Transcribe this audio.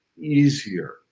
easier